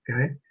Okay